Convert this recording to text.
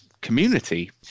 community